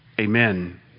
Amen